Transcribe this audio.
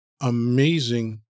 amazing